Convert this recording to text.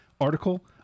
article